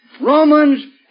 Romans